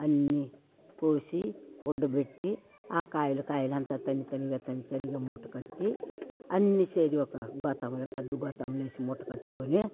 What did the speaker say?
అన్ని కోసి గుడ్డ పెట్టి ఆ కాయలు కాయలు అంతా తని తనిగా తని తనిగా మూట కట్టి అన్ని చేరి ఒక గోతాంలో పెద్ద గోతాంలో వేసి మూట కట్టుకొని